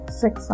six